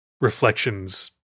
reflections